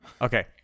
Okay